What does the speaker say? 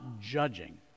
judging